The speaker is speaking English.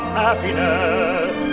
happiness